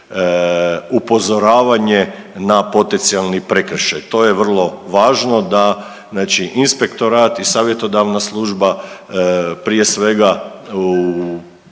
upozoravanje na potencijalni prekršaj, to je vrlo važno da znači inspektorat i savjetodavna služba prije svega u